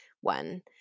one